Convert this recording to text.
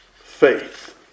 Faith